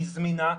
היא זמינה,